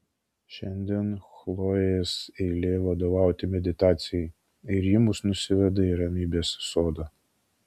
šiandien chlojės eilė vadovauti meditacijai ir ji mus nusiveda į ramybės sodą